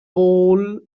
poole